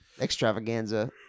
extravaganza